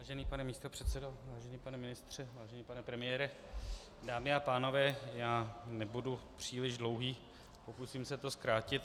Vážený pane místopředsedo, vážený pane ministře, vážený pane premiére, dámy a pánové, nebudu příliš dlouhý, pokusím se to zkrátit.